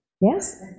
Yes